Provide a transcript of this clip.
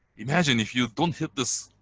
imagine if you've don't hit this